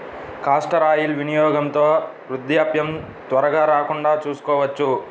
castor oil వినియోగంతో వృద్ధాప్యం త్వరగా రాకుండా చూసుకోవచ్చు